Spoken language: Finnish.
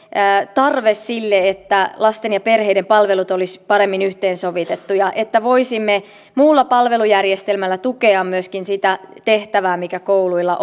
tarve sille että lasten ja perheiden palvelut olisivat paremmin yhteensovitetut ja että voisimme muulla palvelujärjestelmällä tukea myöskin sitä tehtävää mikä kouluilla